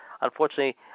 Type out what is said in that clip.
unfortunately